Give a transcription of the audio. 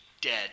dead